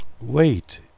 Wait